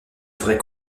vraie